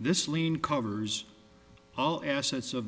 this lien covers all assets of